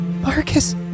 Marcus